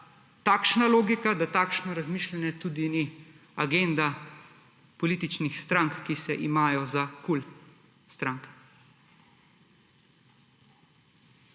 takšna logika, da takšno razmišljanje tudi ni agenda političnih strank, ki se imajo za KUL stranke.